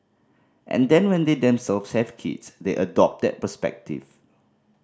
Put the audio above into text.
and then when they themselves have kids they adopt that perspective